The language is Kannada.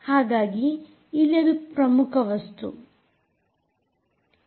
ಹಾಗಾಗಿ ಇಲ್ಲಿ ಅದು ಪ್ರಮುಖ ವಸ್ತುವಾಗಿದೆ